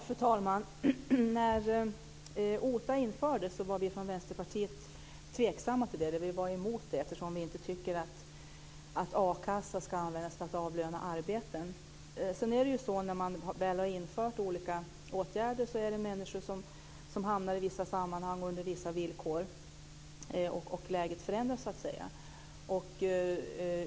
Fru talman! När OTA infördes var vi från Vänsterpartiet emot det, eftersom vi inte tycker att akassan ska användas för att avlöna arbeten. När man väl har infört olika åtgärder hamnar människor i vissa sammanhang och under vissa villkor, och läget förändras.